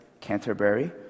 Canterbury